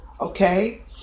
Okay